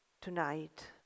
tonight